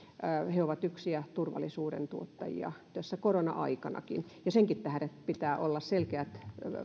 he ovat yksiä turvallisuuden tuottajia tässä korona aikanakin ja senkin tähden pitää olla selkeät